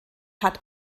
hat